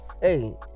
hey